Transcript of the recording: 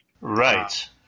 Right